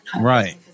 Right